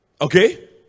Okay